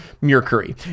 Mercury